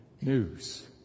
news